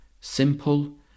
Simple